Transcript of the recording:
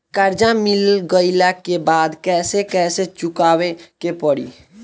कर्जा मिल गईला के बाद कैसे कैसे चुकावे के पड़ी?